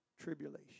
tribulation